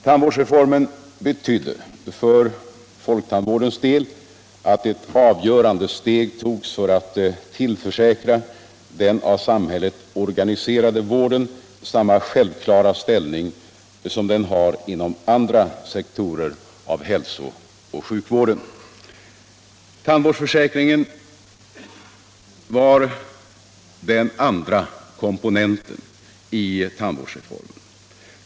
Tandvårdsreformen betydde för folktandvårdens del att ett avgörande steg togs för att tillförsäkra den av samhället organiserade vården samma självklara ställning som den har inom andra sektorer av hälsooch sjukvården. Tandvårdsförsäkringen var den andra komponenten i tandvårdsreformen.